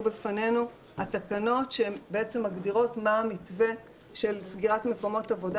לפנינו התקנות שבעצם מגדירות מה המתווה של סגירת מקומות עבודה,